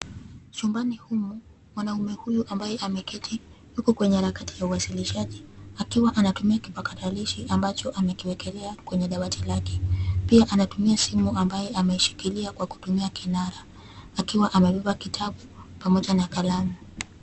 Chumbani humu, mwanaume huyu ambaye ameketi, huku kwenye harakati ya uwasilishaji, akiwa anatumia kipakatalishi, ambacho amekiwekelea kwenye dawati lake. Pia anatumia simu, ambaye ameishikilia kwa kutumia kinara. Akiwa amebeba kitabu pamoja na kalamu.